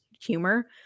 humor